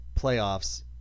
playoffs